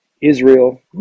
Israel